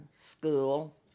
school